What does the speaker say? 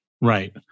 Right